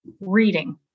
reading